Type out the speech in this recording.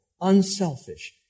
unselfish